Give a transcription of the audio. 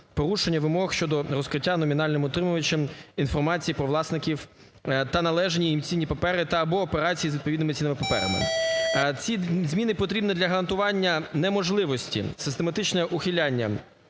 порушення вимог щодо розкриття номінальним утримувачем інформації про власників та належні їм цінні папери або операції з відповідними цінними паперами. Ці зміни потрібні для гарантування неможливості систематичного ухиляння